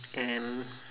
and